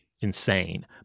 insane